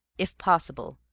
if possible,